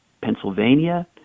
Pennsylvania